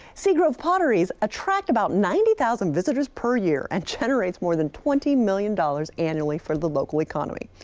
seagrove potteries attract about ninety thousand visitors per year and generates more than twenty million dollars annually for the local economy.